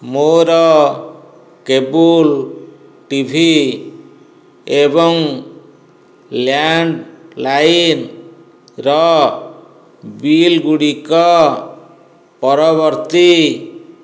ମୋ'ର cable TV ଏବଂ ଲ୍ୟାଣ୍ଡ୍ଲାଇନ୍ର ବିଲଗୁଡ଼ିକ ପରବର୍ତ୍ତୀ